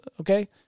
okay